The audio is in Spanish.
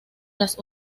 las